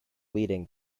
leading